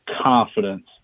confidence